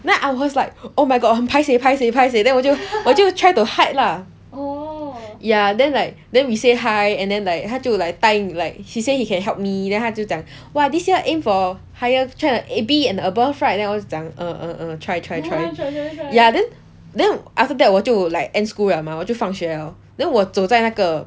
then I was like oh my god 很 paiseh paiseh paiseh then 我就我就 try to hide lah oh ya then like then we say hi and then like 他就来答应 like he say he can help me then 他就讲 !wah! this year aimed for higher B and above right then 我就讲 uh uh try try try ya then after that 我就 like end school 了 mah 我就放学了 then 我走在那个